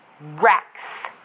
Rex